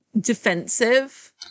defensive